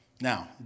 Now